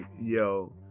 yo